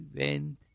went